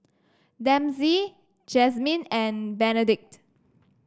Dempsey Jazmin and Benedict